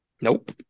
Nope